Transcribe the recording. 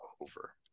over